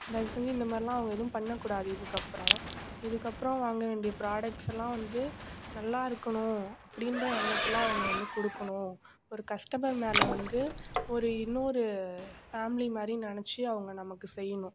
தயவுசெஞ்சு இந்த மாதிரிலாம் அவுங்க ஏதும் பண்ணக்கூடாது இதுக்கப்பறோம் இதுக்கப்பறோம் வாங்க வேண்டிய ப்ரோடக்ட்ஸ் எல்லாம் வந்து நல்லா இருக்கணும் அப்படின்ற எண்ணத்தில் அவங்க வந்து கொடுக்கணும் ஒரு கஸ்டமர் மேலே வந்து ஒரு இன்னும் ஒரு ஃபேம்லி மாதிரி நினச்சி அவங்க நமக்கு செய்யணும்